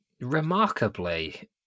remarkably